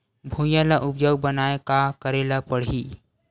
भुइयां ल उपजाऊ बनाये का करे ल पड़ही?